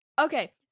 Okay